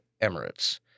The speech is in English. Emirates